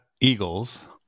Eagles